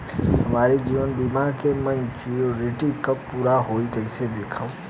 हमार जीवन बीमा के मेचीयोरिटी कब पूरा होई कईसे देखम्?